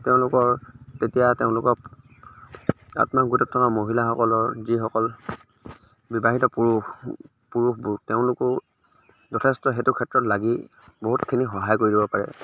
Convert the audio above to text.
তেওঁলোকৰ তেতিয়া তেওঁলোকক আত্মসহায়ক গোট এটাৰ মহিলাসকলৰ যিসকল বিবাহিত পুৰুষ পুৰুষবোৰ তেওঁলোকো যথেষ্ট সেইটো ক্ষেত্ৰত লাগি বহুতখিনি সহায় কৰিব পাৰে